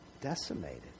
decimated